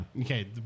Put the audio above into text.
Okay